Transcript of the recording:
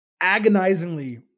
agonizingly